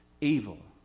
evil